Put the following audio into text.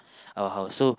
our house so